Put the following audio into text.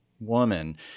woman